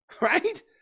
right